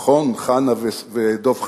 נכון, חנא ודב חנין?